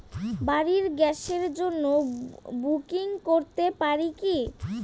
বাড়ির গ্যাসের জন্য বুকিং করতে পারি কি?